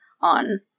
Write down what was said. on